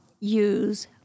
use